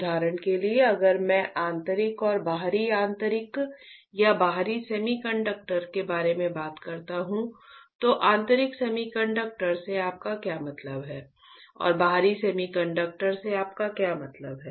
उदाहरण के लिए अगर मैं आंतरिक या बाहरी आंतरिक या बाहरी सेमीकंडक्टर के बारे में बात करता हूं तो आंतरिक सेमीकंडक्टर से आपका क्या मतलब है और बाहरी सेमीकंडक्टर से आपका क्या मतलब है